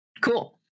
Cool